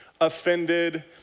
offended